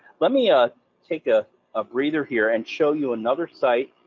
let me ah take ah a breather here and show you another site.